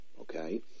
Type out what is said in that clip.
okay